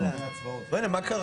אני חבר